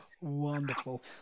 Wonderful